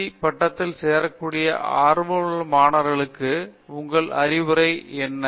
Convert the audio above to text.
D பட்டத்தில் சேரக்கூடிய ஆர்வமுள்ள மாணவர்களுக்கு உங்களின் அறிவுரை என்ன